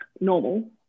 normal